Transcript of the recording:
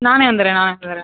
நானே வந்துடுறன் நானே வந்துடுறன்